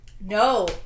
No